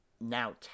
now